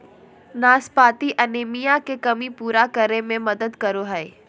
नाशपाती एनीमिया के कमी पूरा करै में मदद करो हइ